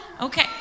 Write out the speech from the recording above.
okay